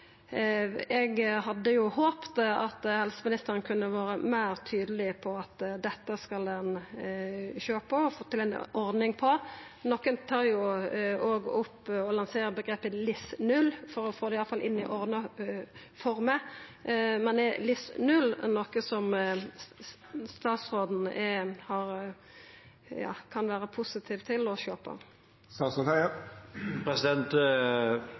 Eg hadde håpt at helseministeren kunne ha vore meir tydeleg på at ein skal sjå på dette og få til ei ordning. Nokre lanserer òg omgrepet LIS0 for i alle fall å få det inn i ordna former. Er LIS0 noko som statsråden kan vera positiv til å